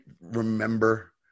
remember